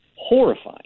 horrifying